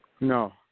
No